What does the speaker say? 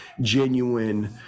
genuine